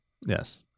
Yes